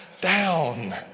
down